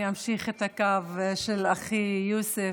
אני אמשיך את הקו של אחי יוסף.